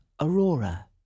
Aurora